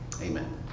Amen